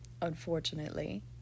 unfortunately